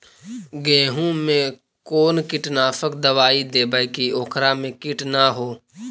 गेहूं में कोन कीटनाशक दबाइ देबै कि ओकरा मे किट न हो?